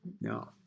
No